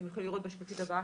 אתם יכולים לראות בשקופית הבאה,